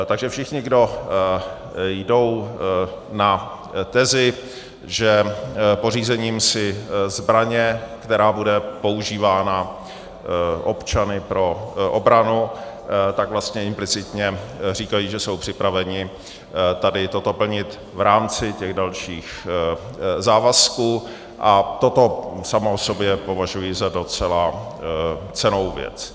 Takže všichni, kdo jdou na tezi, že pořízením si zbraně, která bude používána občany pro obranu, tak vlastně implicitně říkají, že jsou připraveni tady toto plnit v rámci těch dalších závazků, a toto samo o sobě považuji za docela cennou věc.